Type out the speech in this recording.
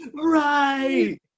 Right